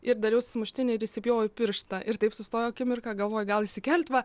ir dariaus sumuštinį ir įsipjoviau į pirštą ir taip sustojo akimirka galvoju gal įsikelt va